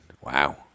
Wow